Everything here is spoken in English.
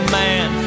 man